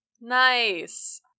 Nice